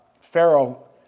Pharaoh